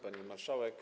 Pani Marszałek!